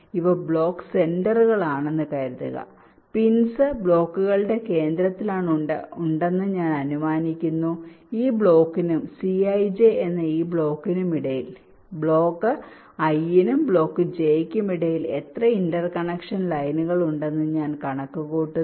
ഇവ ബ്ലോക്ക് സെന്ററുകളാണെന്ന് കരുതുക പിൻസ് ബ്ലോക്കുകളുടെ കേന്ദ്രങ്ങളിലാണ് ഉണ്ടെന്ന് ഞാൻ അനുമാനിക്കുന്നു ഈ ബ്ലോക്കിനും cij എന്ന ഈ ബ്ലോക്കിനും ഇടയിൽ ബ്ലോക്ക് i നും ബ്ലോക്ക് j നും ഇടയിൽ എത്ര ഇന്റർകണക്ഷൻ ലൈനുകൾ ഉണ്ടെന്ന് ഞാൻ കണക്കുകൂട്ടുന്നു